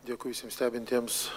dėkui visiems stebintiems